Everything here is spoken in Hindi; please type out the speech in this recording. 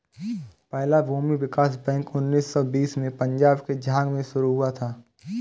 पहला भूमि विकास बैंक उन्नीस सौ बीस में पंजाब के झांग में शुरू हुआ था